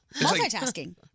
multitasking